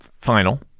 final